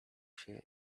się